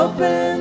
Open